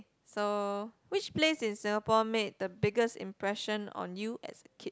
so which place in Singapore made the biggest impression on you as a kid